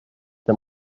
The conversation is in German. der